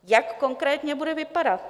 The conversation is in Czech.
Jak konkrétně bude vypadat?